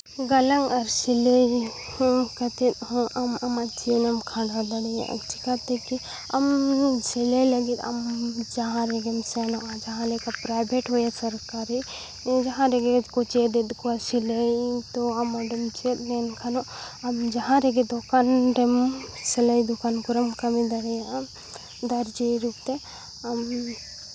ᱜᱟᱞᱟᱝ ᱟᱨ ᱥᱤᱞᱟᱹᱭ ᱨᱮ ᱦᱚᱸ ᱠᱟᱛᱮ ᱦᱚᱸ ᱟᱢ ᱟᱢᱟᱜ ᱡᱤᱭᱚᱱᱮᱢ ᱠᱷᱟᱱᱰᱟᱣ ᱫᱟᱲᱮᱭᱟᱜᱼᱟ ᱪᱤᱠᱟᱛᱮ ᱠᱤ ᱟᱢ ᱥᱤᱞᱟᱹᱭ ᱞᱟᱹᱜᱤᱫ ᱟᱢ ᱡᱟᱦᱟᱸ ᱨᱮᱜᱮᱢ ᱥᱮᱱᱚᱜᱼᱟ ᱡᱟᱦᱟᱸ ᱞᱮᱠᱟ ᱯᱨᱟᱭᱵᱷᱮᱴ ᱦᱩᱭᱟ ᱥᱚᱨᱠᱟᱨᱤ ᱡᱟᱦᱟᱸ ᱨᱮᱜᱮ ᱠᱚ ᱪᱮᱫᱼᱮᱜ ᱠᱚᱣᱟ ᱥᱤᱞᱟᱹᱭ ᱤᱧ ᱛᱚ ᱟᱢ ᱚᱸᱰᱮᱢ ᱪᱮᱫ ᱞᱮᱱᱠᱷᱟᱱᱚᱜ ᱟᱢ ᱡᱟᱦᱟᱸ ᱨᱮᱜᱮ ᱫᱚᱠᱟᱱ ᱨᱮᱢ ᱥᱤᱞᱟᱹᱭ ᱫᱚᱠᱟᱱ ᱠᱚᱨᱮᱢ ᱠᱟᱹᱢᱤ ᱫᱟᱲᱮᱭᱟᱜᱼᱟ ᱟᱢ